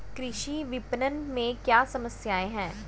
कृषि विपणन में क्या समस्याएँ हैं?